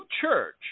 Church